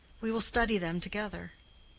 we will study them together.